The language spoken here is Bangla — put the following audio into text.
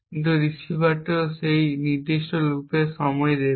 কিন্তু রিসিভারও সেই নির্দিষ্ট লুপের সময় দেবে